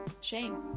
shame